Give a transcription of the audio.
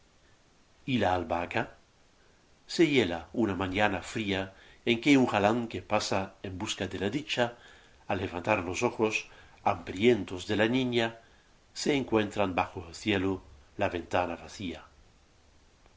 y la albahaca se hiela unn mañana fria en que un galán que pasa en busca de la dicha al levantar los ojos hambrientos de la niña se encuentran bajo el cielo la ventana vacía